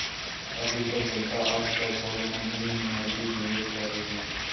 अधिकतर जनता आजकल सोलर कंपनी में अधिक निवेश कर रही है